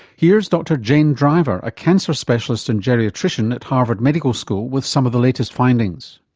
here's dr jane driver a cancer specialist and geriatrician at harvard medical school with some of the latest findings.